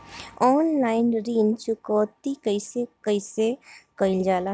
Online ऋण चुकौती कइसे कइसे कइल जाला?